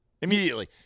Immediately